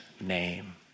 name